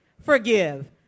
Forgive